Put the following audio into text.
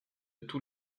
tous